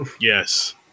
Yes